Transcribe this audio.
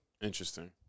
Interesting